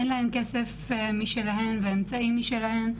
אין להן כסף משלהן ואמצעים שלהן,